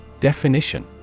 Definition